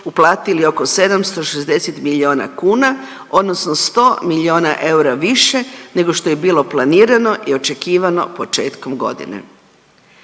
uplatili oko 760 milijuna kuna, odnosno 100 milijuna eura više nego što je bilo planirano i očekivano početkom godine.